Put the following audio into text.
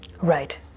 Right